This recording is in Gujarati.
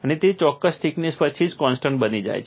અને તે ચોક્કસ થિકનેસ પછી જ કોન્સ્ટન્ટ બની જાય છે